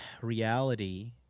reality